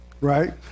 Right